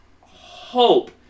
hope